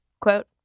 quote